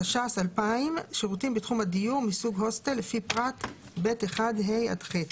התש"ס-2000 שירותים בתחום הדיור מסוג הוסטל לפי פרט (ב)(1)(ה) עד (ח).